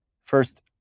First